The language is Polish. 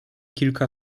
kilka